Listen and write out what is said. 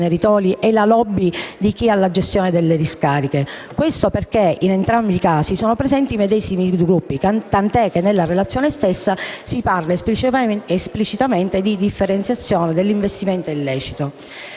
e la *lobby* di chi ha la gestione delle discariche, perché in entrambi i casi sono presenti i medesimi gruppi, tant'è che nella relazione stessa si parla esplicitamente di «differenziazione dell'investimento illecito».